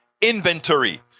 inventory